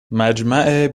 مجمع